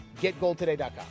Getgoldtoday.com